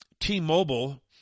T-Mobile